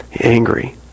angry